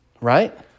Right